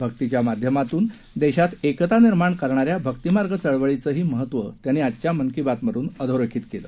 भक्तीच्या माध्यमातून देशात एकता निर्माण करणाऱ्या भक्तिमार्ग चळवळीचं महत्वही त्यांनी आजच्या मन की बातमधून अधोरेखित केलं